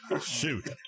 Shoot